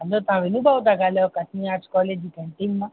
हलो तव्हां विनू भाउ था ॻाल्हायो कशमीआंच कॉलेज जी केंटीन मां